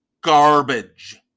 Garbage